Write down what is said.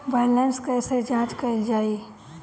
Balance कइसे जांच कइल जाइ?